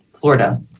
Florida